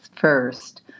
first